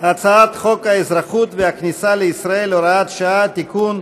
הצעת חוק האזרחות והכניסה לישראל (הוראת שעה) (תיקון,